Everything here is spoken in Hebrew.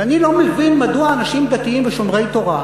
ואני לא מבין מדוע אנשים דתיים ושומרי תורה,